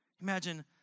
Imagine